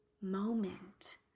moment